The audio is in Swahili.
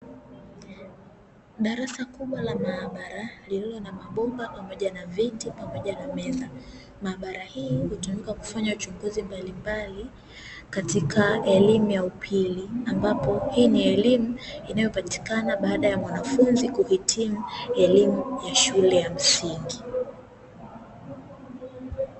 Darasa kubwa la maabara lililo na mabomba pamoja na viti pamoja na meza. Maabara hii hutumika kufanya uchunguzi mbalimbali katika elimu ya upili, ambapo hii ni elimu inayopatikana baada ya mwanafunzi kuhitimu elimu ya shule ya msingi.